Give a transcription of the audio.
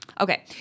Okay